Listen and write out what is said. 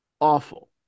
awful